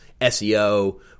SEO